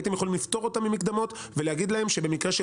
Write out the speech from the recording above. הייתם יכולים לפטור אותם ממקדמות ולהגיד להם שבמקרה של